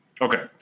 Okay